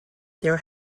there